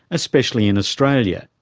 especially in australia.